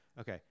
Okay